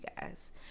guys